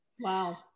Wow